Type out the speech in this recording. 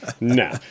No